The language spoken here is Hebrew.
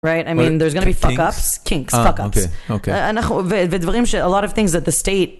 נכון? זאת אומרת, תהיה פאק-אפס, פאק-אפס, פאק-אפס. אוקיי, אוקיי. ודברים, הרבה דברים שהממשלה...